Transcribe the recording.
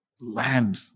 land